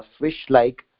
fish-like